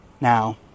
Now